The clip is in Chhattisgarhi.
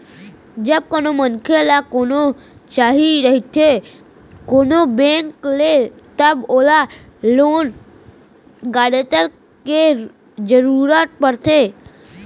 जब कोनो मनखे ल लोन चाही रहिथे कोनो बेंक ले तब ओला लोन गारेंटर के जरुरत पड़थे